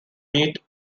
meet